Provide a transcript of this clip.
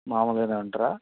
మామూలుగా ఉంటారా